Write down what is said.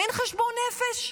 אין חשבון נפש?